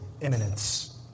imminence